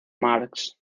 marx